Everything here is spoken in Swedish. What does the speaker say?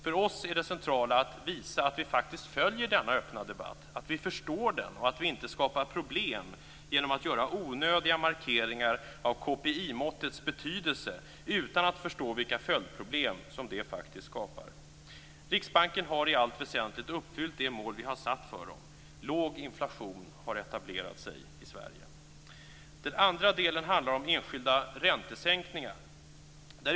För oss är det centrala att visa att vi faktiskt följer denna öppna debatt, att vi förstår den och att vi inte skapar problem genom att göra onödiga markeringar av KPI-måttets betydelse utan att förstå vilka följdproblem som det skapar. Riksbanken har i allt väsentligt uppfyllt det mål vi har satt. Låg inflation har etablerat sig i Sverige. Den andra delen av kritiken handlar om enskilda räntesänkningar.